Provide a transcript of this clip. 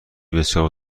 بسیار